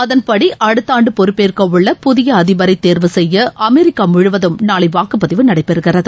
அதன்படி அடுத்த ஆண்டு பொறுப்பேற்க உள்ள புதிய அதிபரை தேர்வு செய்ய அமெரிக்கா முழுவதும் நாளை வாக்குபதிவு நடைபெறுகிறது